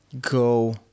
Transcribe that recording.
go